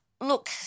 look